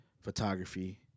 photography